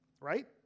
Right